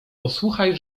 posłuchaj